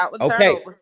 okay